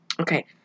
okay